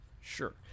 Sure